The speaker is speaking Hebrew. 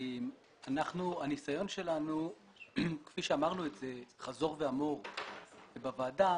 הניסיון שלנו, כפי שאמרנו חזור ואמור בוועדה,